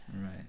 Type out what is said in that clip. Right